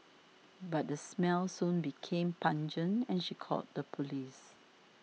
but the smell soon became pungent and she called the police